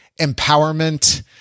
empowerment